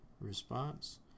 Response